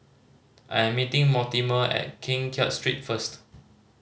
I am meeting Mortimer at King Kiat Street first